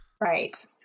Right